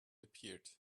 appeared